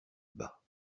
bas